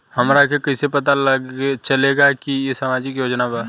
हमरा के कइसे पता चलेगा की इ सामाजिक योजना बा?